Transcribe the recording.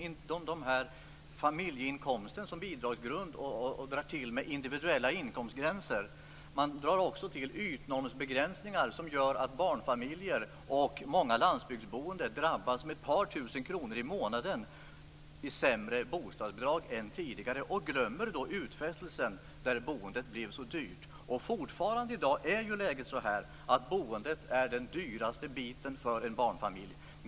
Familjeinkomsten som bidragsgrund tas bort, och i stället tas individuella inkomstgränser fram. Dessutom har ytnormsbegränsningar införts, som gör att barnfamiljer och många som bor på landsbygden har drabbats av sämre bostadsbidrag än tidigare med ett par tusen kronor i månaden. Man har glömt utfästelsen om det dyra boendet. Boendet är fortfarande den dyraste biten för en barnfamilj.